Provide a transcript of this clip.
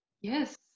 Yes